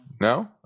No